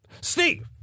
Steve